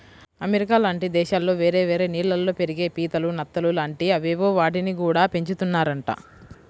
America లాంటి దేశాల్లో వేరే వేరే నీళ్ళల్లో పెరిగే పీతలు, నత్తలు లాంటి అవేవో వాటిని గూడా పెంచుతున్నారంట